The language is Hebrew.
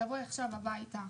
תבואי עכשיו הביתה.